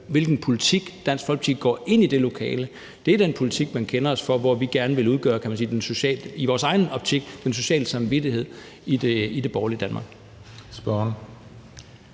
hvilken politik Dansk Folkeparti går ind i det lokale med. Det er den politik, man kender os for, hvor vi gerne vil udgøre den i vores egen optik sociale samvittighed i det borgerlige Danmark.